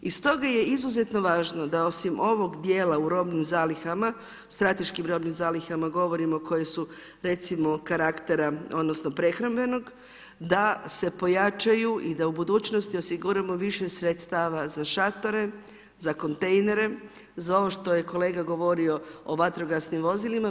I stoga je izuzetno važno da osim ovog dijela u robnim zalihama, strateškim robnim zalihama govorimo koje su, recimo, karaktera, odnosno prehrambenog, da se pojačaju i da u budućnosti osiguramo više sredstava za šatore, za kontejnere, za ovo što je kolega govorio o vatrogasnim vozilima.